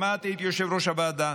שמעתי את יושב-ראש הוועדה,